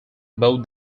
both